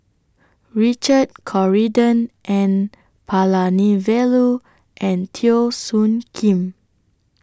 Richard Corridon N Palanivelu and Teo Soon Kim